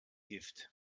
gift